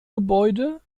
gebäude